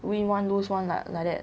win one lose one lah like that